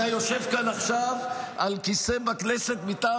אתה יושב כאן עכשיו על כיסא בכנסת מטעם